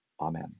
Amen